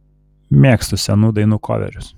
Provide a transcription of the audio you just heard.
mėgstu senų dainų koverius